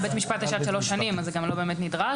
לבית משפט יש עד שלוש שנים אז זה גם לא באמת נדרש,